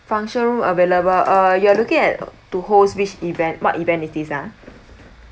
function room available uh you are looking at to host which event what event is this ah